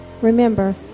Remember